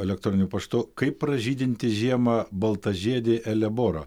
elektroniniu paštu kaip pražydinti žiemą baltažiedį eleborą